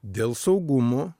dėl saugumo